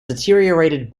deteriorated